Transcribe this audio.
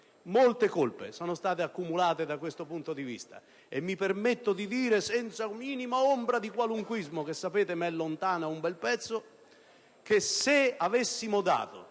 Molte colpe sono state accumulate da questo punto di vista. Mi permetto di dire, senza minima ombra di qualunquismo (che, lo sapete, mi è lontano un bel po'), che se negli ultimi